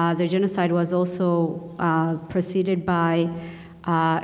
um the genocide was also preceded by